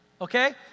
okay